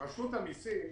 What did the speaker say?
רשות המסים,